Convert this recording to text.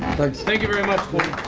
thank you very much, paul.